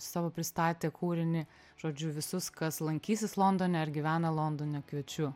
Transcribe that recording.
savo pristatė kūrinį žodžiu visus kas lankysis londone ar gyvena londone kviečiu